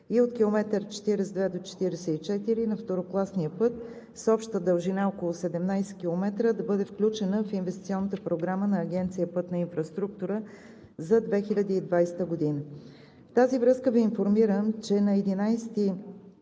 и от км 42 до км 44 на второкласния път – с обща дължина около 17 км, да бъде включена в инвестиционната програма на Агенция „Пътна инфраструктура“ за 2020 г. В тази връзка Ви информирам, че на 11